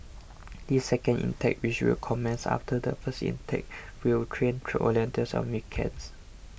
the second intake which will commence after the first intake will train volunteers on weekends